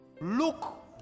Look